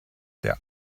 der